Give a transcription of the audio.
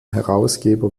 herausgeber